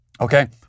Okay